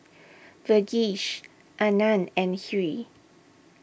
Verghese Anand and Hri